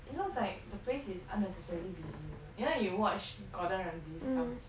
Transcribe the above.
it looks like the place is unnecessarily busy you know you watch gordon ramsay's hell's kitchen